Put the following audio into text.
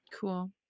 Cool